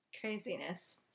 Craziness